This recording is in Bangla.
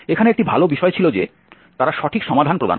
এখানে একটি ভাল বিষয় ছিল যে তারা সঠিক সমাধান প্রদান করে